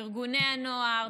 ארגוני הנוער,